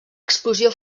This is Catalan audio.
explosió